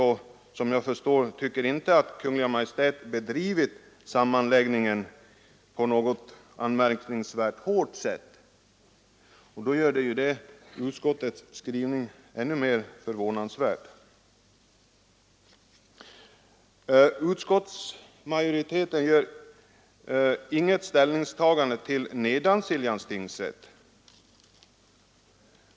Efter vad jag förstår tycker hon inte att Kungl. Maj:t bedrivit sammanläggningen på något anmärkningsvärt hårt sätt. Därigenom blir utskottets skrivning än mer förvånande. Utskottsmajoriteten gör inte något ställningstagande till Nedansiljans tingsrätt.